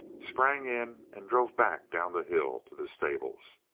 sprang in and drove back down the hill to the stables.